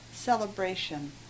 celebration